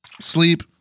sleep